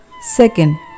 Second